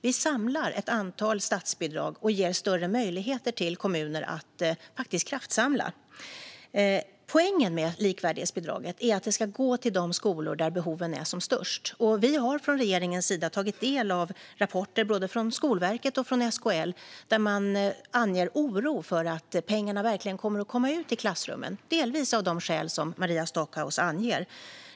Vi samlar ett antal statsbidrag och ger större möjligheter till kommuner att kraftsamla. Poängen med likvärdighetsbidraget är att det ska gå till de skolor där behoven är som störst. Vi har från regeringens sida tagit del av rapporter både från Skolverket och från SKL där man anför oro för att pengarna verkligen kommer att komma ut i klassrummen, delvis av de skäl som Maria Stockhaus anger.